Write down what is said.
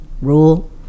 rule